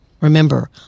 Remember